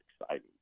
exciting